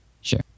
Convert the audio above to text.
Sure